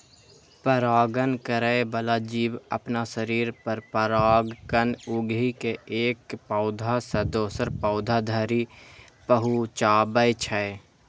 परागण करै बला जीव अपना शरीर पर परागकण उघि के एक पौधा सं दोसर पौधा धरि पहुंचाबै छै